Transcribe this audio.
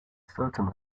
certain